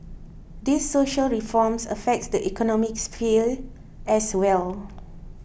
these social reforms affects the economic sphere as well